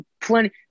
Plenty –